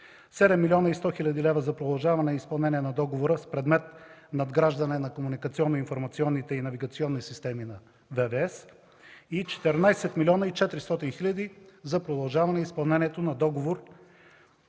7 млн. 100 хил. лв. – за продължаване на изпълнението на договора с предмет „Надграждане на комуникационните, информационните и навигационни системи на ВВС”, и 14 млн. 400 хил. лв. – за продължаване на изпълнението на договор